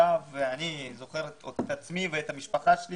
אני זוכר את עצמי ואת המשפחה שלי